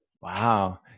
Wow